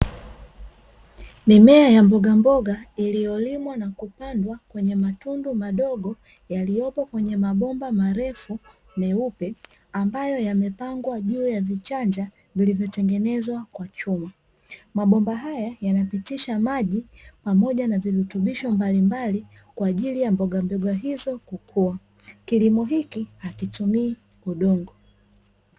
Mimea ya mbogamboga iliyolimwa na kupandwa kwenye matundu madogo, yaliyopo kwenye mabomba marefu meupe, ambayo yamepangwa juu ya vichanja vilivyotengenezwa kwa chuma. Mabomba haya yanapitisha maji, pamoja na virutubisho mbalimbali kwa ajili ya mboga mboga hizo kukuwa. Kilimo hiki hakitumii udongo.